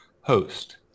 host